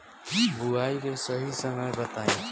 बुआई के सही समय बताई?